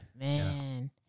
Man